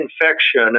infection